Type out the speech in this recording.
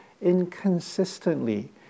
inconsistently